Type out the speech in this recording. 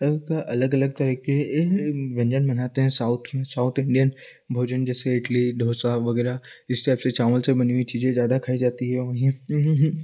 सबका अलग अलग तरीके व्यंजन बनाते हैं साउथ में साउथ इंडियन भोजन जैसे इडली ढोसा वगैरह इस टैप से चावल से बनी हुई चीजें ज़्यादा खाई जाती है वहीं उन्होंने